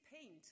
paint